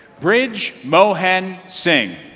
bridge mohan sing